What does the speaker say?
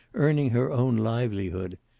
earning her own livelihood.